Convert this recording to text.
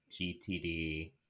GTD